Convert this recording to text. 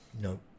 no